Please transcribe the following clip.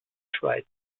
schweiz